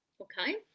Okay